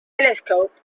telescope